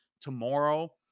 tomorrow